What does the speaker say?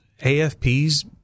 AFP's